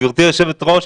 גברתי יושבת-הראש,